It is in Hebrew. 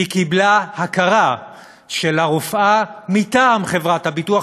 היא קיבלה הכרה של הרופאה מטעם חברת הביטוח,